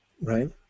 right